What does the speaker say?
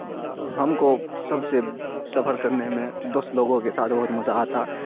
ہم کو سب سے سفر کرنے میں دوست لوگوں کے ساتھ بہت مزہ آتا